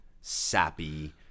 sappy